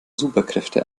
superkräfte